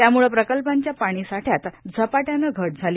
त्याम्ळं प्रकल्पांच्या पाणी साठ्यात झपाट्यानं घट झाली